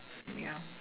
ya